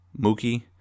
Mookie